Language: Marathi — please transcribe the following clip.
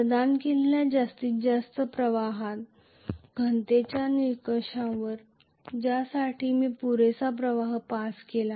प्रदान केलेल्या जास्तीत जास्त प्रवाह घनतेच्या निकषांवर जाण्यासाठी मी पुरेसा प्रवाह पास केला